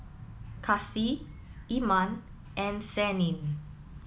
Kasih Iman and Senin